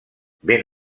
ben